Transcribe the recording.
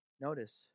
Notice